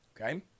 Okay